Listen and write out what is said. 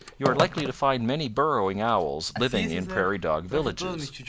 you are likely to find many burrowing owls living in prairie dog villages.